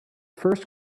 first